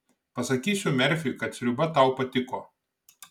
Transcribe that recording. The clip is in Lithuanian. pasakysiu merfiui kad sriuba tau patiko